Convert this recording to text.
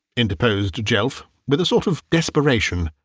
interposed jelf, with a sort of desperation.